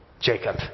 Jacob